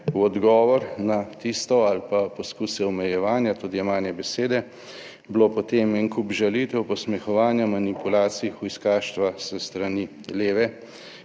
v odgovor na tisto ali pa poskuse omejevanja, tudi jemanje besede, bilo potem en kup žalitev, posmehovanja, manipulacij, hujskaštva s strani leve.